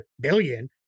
billion